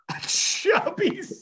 chubby